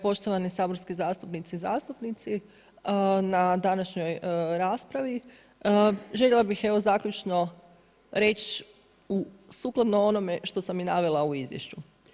Poštovane saborske zastupnice i zastupnici, na današnjoj raspravi željela bih evo zaključno reći sukladno onome što sam i navela i u izvješću.